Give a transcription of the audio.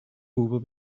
will